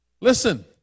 Listen